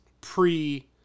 pre-